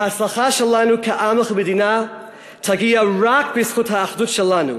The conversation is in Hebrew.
ההצלחה שלנו כעם וכמדינה תגיע רק בזכות האחדות שלנו,